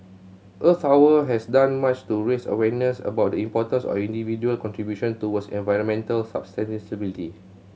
Earth Hour has done much to raise awareness about the importance of individual contribution towards environmental sustainability